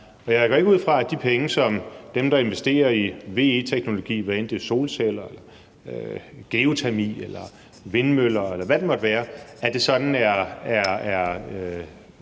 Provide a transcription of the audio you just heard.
jeg går ikke ud fra, at de penge – dem, der investeres i VE-teknologi, hvad enten det er solceller, geotermi eller vindmøller, eller hvad det måtte